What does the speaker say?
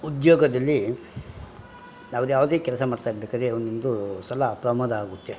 ಉದ್ಯೋಗದಲ್ಲಿ ಯಾವುದ್ಯಾವ್ದೆ ಕೆಲಸ ಮಾಡ್ತಾ ಇರಬೇಕಾದ್ರೆ ಒಂದು ಸಲ ಪ್ರಮಾದ ಆಗುತ್ತೆ